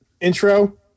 intro